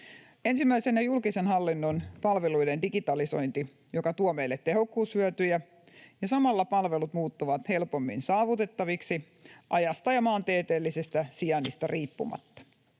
Ensimmäisenä julkisen hallinnon palveluiden digitalisointi, joka tuo meille tehokkuushyötyjä, ja samalla palvelut muuttuvat helpommin saavutettaviksi ajasta ja maantieteellisestä sijainnista riippumatta.